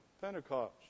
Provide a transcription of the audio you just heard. Pentecost